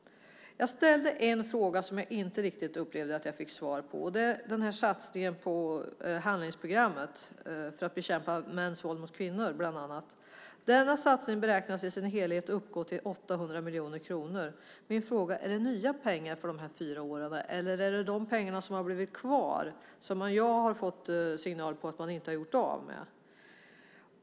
Jag ställde en fråga som jag inte riktigt upplevde att jag fick svar på. Det gällde satsningen på handlingsprogrammet för att bekämpa mäns våld mot kvinnor, bland annat. Denna satsning beräknas i sin helhet uppgå till 800 miljoner kronor. Min fråga är: Är det nya pengar för de här fyra åren, eller är det de pengar som har blivit kvar, som jag har fått signal om att man inte har gjort av med?